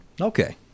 Okay